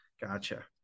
Gotcha